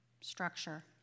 structure